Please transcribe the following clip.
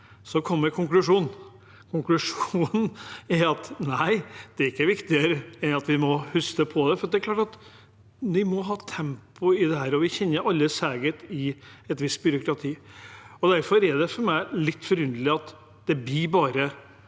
alle, men har som konklusjon at det ikke er viktigere enn at vi må huske på det. Det er klart at vi må ha tempo i dette, og vi kjenner alle til seigheten i et visst byråkrati. Derfor er det for meg litt forunderlig at det bare